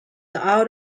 out